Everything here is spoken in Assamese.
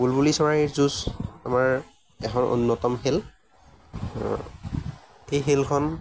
বুলবুলি চৰাইৰ যুঁজ আমাৰ এখন অন্যতম খেল এই খেলখন